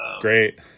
Great